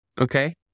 okay